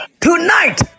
Tonight